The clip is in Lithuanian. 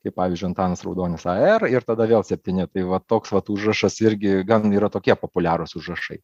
tai pavyzdžiui antanas raudonis a r ir tada vėl septyni tai va toks vat užrašas irgi gan yra tokie populiarūs užrašai